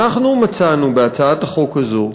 אנחנו מצאנו בהצעת החוק הזאת,